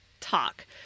talk